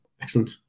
Excellent